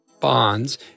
bonds